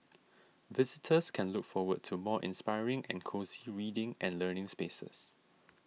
visitors can look forward to more inspiring and cosy reading and learning spaces